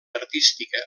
artística